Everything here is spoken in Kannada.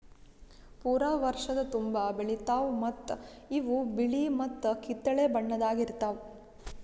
ಪೂರಾ ವರ್ಷದ ತುಂಬಾ ಬೆಳಿತಾವ್ ಮತ್ತ ಇವು ಬಿಳಿ ಮತ್ತ ಕಿತ್ತಳೆ ಬಣ್ಣದಾಗ್ ಇರ್ತಾವ್